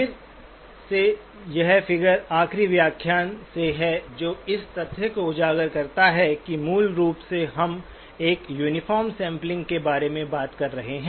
फिर से यह फिगर आखिरी व्याख्यान से है जो इस तथ्य को उजागर करता है कि मूल रूप से हम एक यूनिफार्म सैंपलिंग के बारे में बात कर रहे हैं